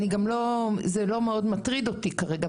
וזה לא מאוד מטריד אותי כרגע.